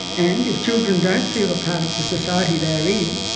and, if children don't feel a part of the society they are in,